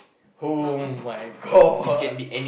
oh-my-God